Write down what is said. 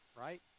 right